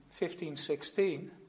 1516